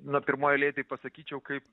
na pirmoj eilėj tai pasakyčiau kaip